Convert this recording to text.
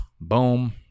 boom